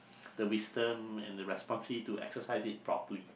the wisdom and the responsibility to exercise it properly